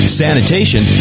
sanitation